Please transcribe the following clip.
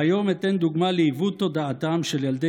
והיום אתן דוגמה לעיוות תודעתם של ילדי